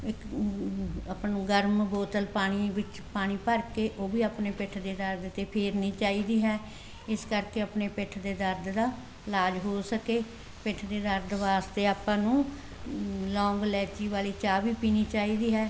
ਇੱਕ ਆਪਾਂ ਨੂੰ ਗਰਮ ਬੋਤਲ ਪਾਣੀ ਵਿੱਚ ਪਾਣੀ ਭਰ ਕੇ ਉਹ ਵੀ ਆਪਣੇ ਪਿੱਠ ਦੇ ਦਰਦ 'ਤੇ ਫੇਰਨੀ ਚਾਹੀਦੀ ਹੈ ਇਸ ਕਰਕੇ ਆਪਣੇ ਪਿੱਠ ਦੇ ਦਰਦ ਦਾ ਇਲਾਜ ਹੋ ਸਕੇ ਪਿੱਠ ਦੇ ਦਰਦ ਵਾਸਤੇ ਆਪਾਂ ਨੂੰ ਲੋਂਗ ਇਲਾਇਚੀ ਵਾਲੀ ਚਾਹ ਵੀ ਪੀਣੀ ਚਾਹੀਦੀ ਹੈ